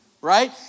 right